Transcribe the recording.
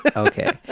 but ok,